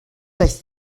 peix